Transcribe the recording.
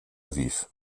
aviv